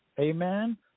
Amen